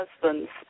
husbands